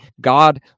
God